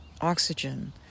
oxygen